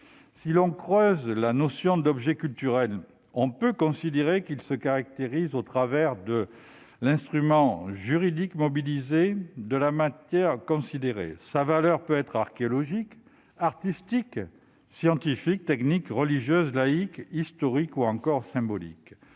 Si l'on creuse la notion d'objet culturel, on s'aperçoit qu'elle se définit au travers de l'instrument juridique mobilisé et de la matière considérée : sa valeur peut être archéologique, artistique, scientifique, technique, religieuse, laïque, historique ou encore symbolique.